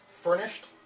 furnished